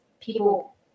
people